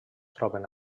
troben